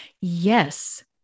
Yes